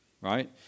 Right